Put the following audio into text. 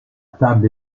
table